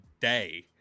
day